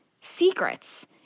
secrets